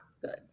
good